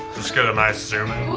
just get a nice zoom in.